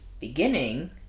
beginning